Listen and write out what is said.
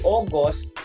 August